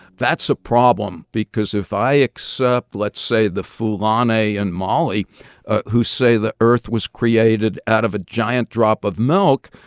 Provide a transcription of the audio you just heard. that's a problem because if i accept, let's say, the fulani in and mali who say the earth was created out of a giant drop of milk,